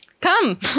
come